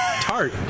Tart